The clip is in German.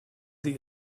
sie